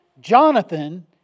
Jonathan